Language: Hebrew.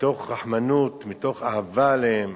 מתוך רחמנות, מתוך אהבה אליהם.